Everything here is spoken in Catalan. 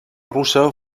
russa